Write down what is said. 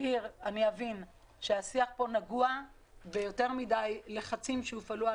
אם אני אבין שהשיח נגוע בלחצים רבים מדי שהופעלו על